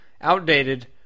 outdated